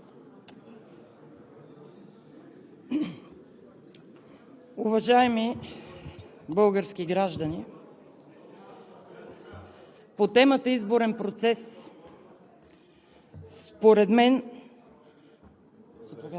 Уважаеми български граждани, по темата изборен процес според мен